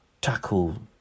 tackle